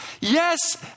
yes